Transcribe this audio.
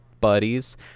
buddies